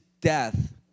death